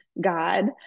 God